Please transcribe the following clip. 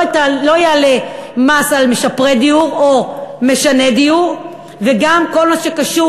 יעלה מס על משפרי דיור או משני דיור וגם כל מה שקשור.